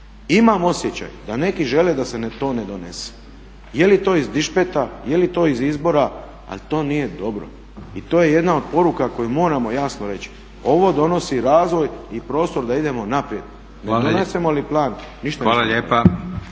Imam osjećaj da neki žele da se to ne donese. Je li to iz dišpeta, je li to iz izbora, ali to nije dobro i to je jedna od poruka koju moramo jasno reći. Ovo donosi razvoj i prostor da idemo naprijed. Ne donesemo li plan ništa nismo